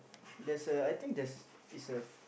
there's a I think there's is a